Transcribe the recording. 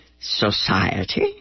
society